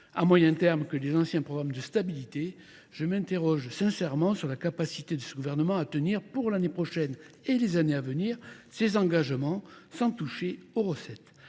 à moyen terme que les anciens programmes de stabilité, je m'interroge sincèrement sur la capacité de ce gouvernement à tenir pour l'année prochaine et les années à venir ces engagements sans toucher aux recettes.